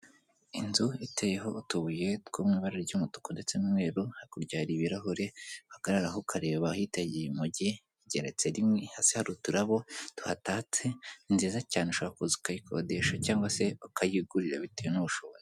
Inzu iteyeho utubuye two mu ibara ry'umutuku ndetse n'umweru, hakurya hari ibirahure uhagararaho ahitegeye umujyi, igeretse rimwe hasi hari uturabo tuhatatse, ni nziza cyane ushobora kuza ukayikodesha cyangwa se ukayigurira bitewe n'ubushobozi.